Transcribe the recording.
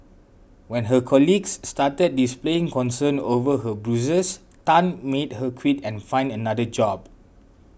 when her colleagues started displaying concern over her bruises Tan made her quit and find another job